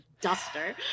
duster